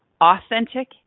authentic